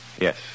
yes